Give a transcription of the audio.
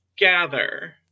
gather